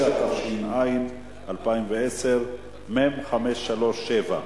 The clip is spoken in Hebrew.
16), התש"ע 2010, מ/537.